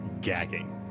gagging